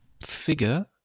figure